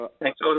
Thanks